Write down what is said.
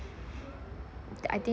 I think